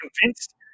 convinced